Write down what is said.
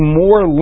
more